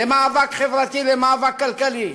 למאבק חברתי, למאבק כלכלי.